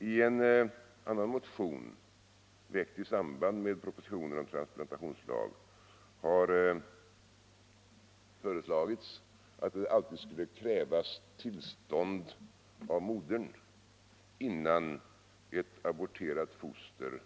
I en annan motion, väckt i samband med propositionen om transplantationslag, har föreslagits att det alltid skulle krävas tillstånd av modern, innan ett aborterat foster